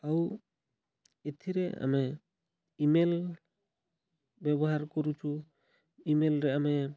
ଆଉ ଏଥିରେ ଆମେ ଇ ମେଲ୍ ବ୍ୟବହାର କରୁଛୁ ଇମେଲ୍ରେ ଆମେ